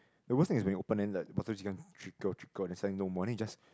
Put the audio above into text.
the worse thing is when you open and like bottle trickle trickle then suddenly no more then you just